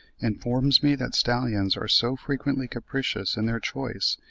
informs me that stallions are so frequently capricious in their choice,